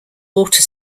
water